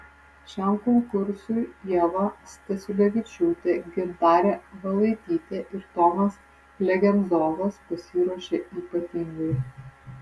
šiam konkursui ieva stasiulevičiūtė gintarė valaitytė ir tomas legenzovas pasiruošė ypatingai